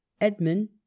Edmund